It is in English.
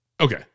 Okay